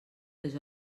les